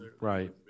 right